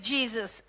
Jesus